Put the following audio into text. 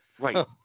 right